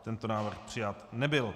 Tento návrh přijat nebyl.